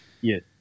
Yes